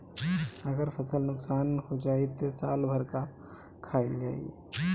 अगर फसल नुकसान हो जाई त साल भर का खाईल जाई